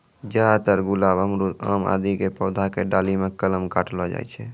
ज्यादातर गुलाब, अमरूद, आम आदि के पौधा के डाली मॅ कलम काटलो जाय छै